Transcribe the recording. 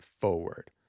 forward